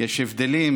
יש הבדלים: